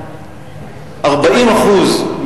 הבעיה היא כאשר